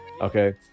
okay